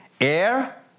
air